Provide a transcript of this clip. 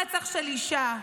רצח של אישה.